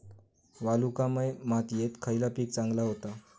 वालुकामय मातयेत खयला पीक चांगला होता?